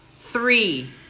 three